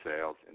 sales